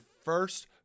first